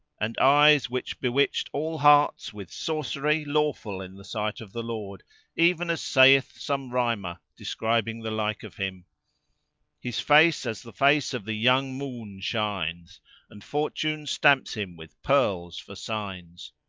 and eyes which bewitched all hearts with sorcery lawful in the sight of the lord even as saith some rhymer describing the like of him his face as the face of the young moon shines and fortune stamps him with pearls for signs.